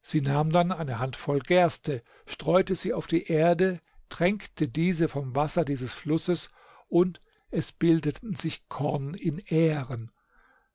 sie nahm dann eine handvoll gerste streute sie auf die erde tränkte diese vom wasser dieses flusses und es bildete sich korn in ähren